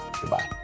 Goodbye